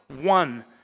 one